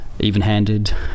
even-handed